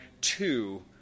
two